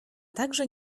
także